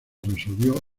resolvió